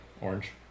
Orange